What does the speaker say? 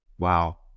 Wow